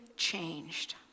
changed